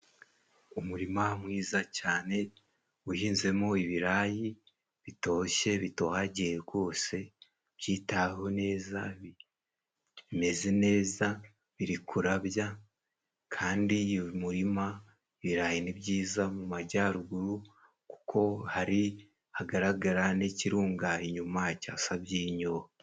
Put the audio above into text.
Umurima mwiza cyane uhinzemo ibirayi bitoshye, bitohagiye gwose, byitaweho neza, bimeze neza biri kurabya, kandi uyu murima ibirayi ni byiza mu majyaruguru kuko hari hagaragara n'ikirunga inyuma cya Sabyinyo.